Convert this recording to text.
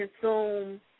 consume